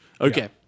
Okay